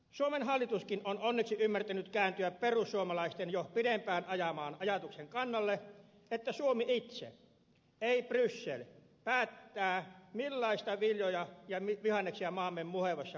suomen hallituskin on onneksi ymmärtänyt kääntyä perussuomalaisten jo pidempään ajaman ajatuksen kannalle että suomi itse ei bryssel päättää millaisia viljoja ja vihanneksia maamme muhevassa mullassa kasvatetaan